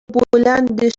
بلند